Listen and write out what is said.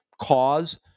cause